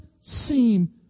seem